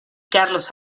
carlos